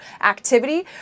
activity